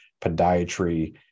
podiatry